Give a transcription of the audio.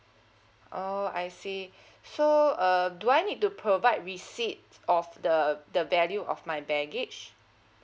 oh I see so uh do I need to provide receipt of the the value of my baggage